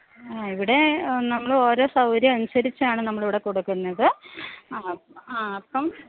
ആ ഇവിടെ നമ്മൾ ഓരോ സൗകര്യം അനുസരിച്ചാണ് നമ്മളിവിടെ കൊടുക്കുന്നത് ആ ആ അപ്പം